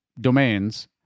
domains